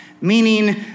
meaning